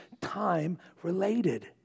time-related